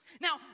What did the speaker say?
Now